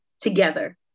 together